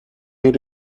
made